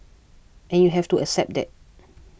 and you have to accept that